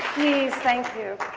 thank you.